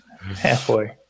Halfway